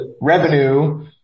revenue